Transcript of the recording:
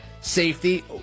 Safety